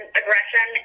aggression